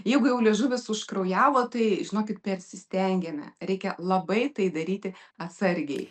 jeigu jau liežuvis užkraujavo tai žinokit persistengėme reikia labai tai daryti atsargiai